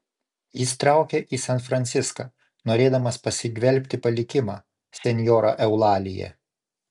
jis traukia į san franciską norėdamas pasigvelbti palikimą senjora eulalija